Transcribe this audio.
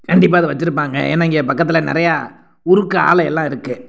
கண்டிப்பாக இதை வச்சிருப்பாங்க ஏன்னா இங்கே பக்கத்தில் நிறையா உருக்கு ஆலையெல்லாம் இருக்கு